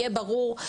יהיה ברור,